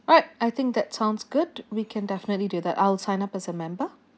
alright I think that sounds good we can definitely do that I'll sign up as a member